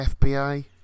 FBI